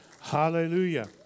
Hallelujah